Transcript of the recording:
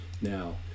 Now